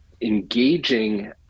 engaging